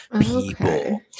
people